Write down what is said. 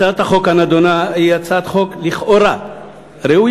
הצעת החוק הנדונה היא הצעת חוק לכאורה ראויה.